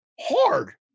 hard